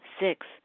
Six